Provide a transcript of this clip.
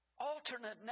alternate